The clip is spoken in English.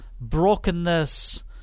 brokenness